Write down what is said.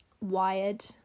wired